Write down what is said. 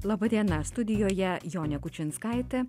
laba diena studijoje jonė kučinskaitė